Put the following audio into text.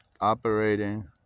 operating